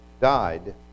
died